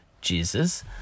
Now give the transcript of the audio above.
Jesus